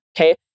Okay